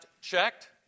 checked